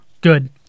good